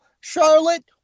Charlotte